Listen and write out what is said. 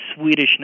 swedishness